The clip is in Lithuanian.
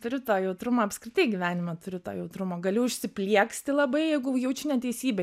turiu to jautrumo apskritai gyvenime turiu to jautrumo galiu užsiplieksti labai jeigu jaučiu neteisybę